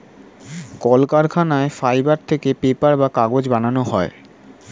কলকারখানায় ফাইবার থেকে পেপার বা কাগজ বানানো হয়